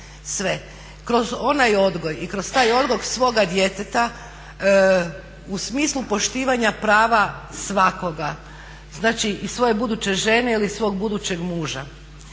sve kroz onaj odgoj i kroz taj odgoj svoga djeteta u smislu poštivanja prava svakoga, znači i svoje buduće žene ili svog budućeg muža.